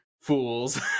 fools